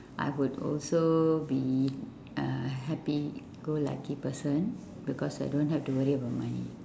I would also be a happy-go-lucky person because I don't have to worry about money